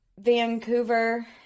Vancouver